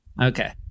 Okay